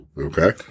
Okay